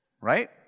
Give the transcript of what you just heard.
Right